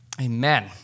Amen